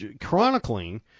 chronicling